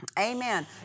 Amen